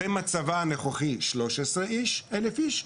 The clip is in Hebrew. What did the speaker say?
במצבה הנוכחי עם 13,000 איש,